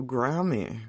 Grammy